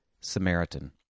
Samaritan